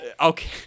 Okay